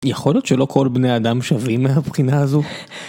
יכול להיות שלא כל בני אדם שווים מהבחינה הזו?